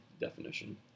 definition